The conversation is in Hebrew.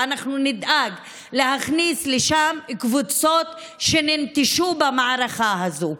ואנחנו נדאג להכניס לשם קבוצות שננטשו במערכה הזאת.